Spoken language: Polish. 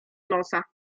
nosa